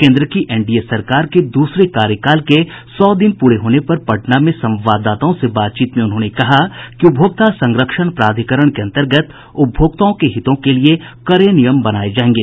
केन्द्र की एनडीए सरकार के दूसरे कार्यकाल के सौ दिन पूरे होने पर पटना में संवाददाताओं से बातचीत में उन्होंने कहा कि उपभोक्ता संरक्षण प्राधिकरण के अंतर्गत उपभोक्ताओं के हितों के लिए कड़े नियम बनाए जाएंगे